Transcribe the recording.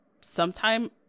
sometime